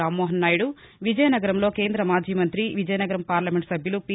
రామ్నోహన్ నాయుడు విజయనగరంలో కేంద్ర మాజీ మంతి విజయనగరం పార్లమెంట్ సభ్యులు పి